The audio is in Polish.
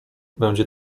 będzie